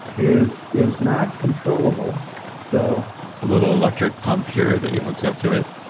is is not controllable so. it's a little electric pump here that yeah hooks up to it?